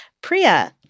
Priya